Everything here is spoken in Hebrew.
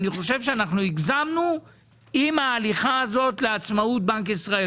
אני חושב שאנחנו הגזמנו עם ההליכה הזאת לעצמאות בנק ישראל.